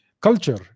culture